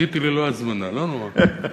נורא.